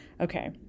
Okay